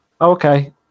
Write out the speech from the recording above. Okay